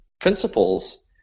principles